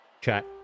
chat